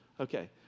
Okay